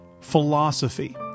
philosophy